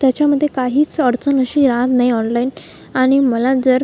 त्याच्यामध्ये काहीच अडचण अशी येणार नाही ऑनलाईन आणि मला जर